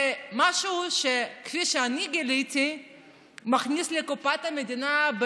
זה משהו שכפי שאני גיליתי מכניס לקופת המדינה,